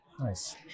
Nice